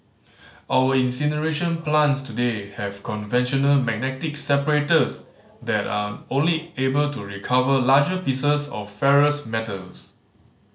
our incineration plants today have conventional magnetic separators that are only able to recover larger pieces of ferrous metals